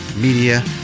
Media